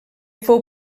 fou